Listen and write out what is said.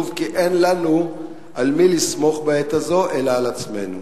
כי אין לנו על מי לסמוך בעת הזאת אלא על עצמנו.